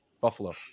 Buffalo